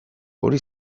hori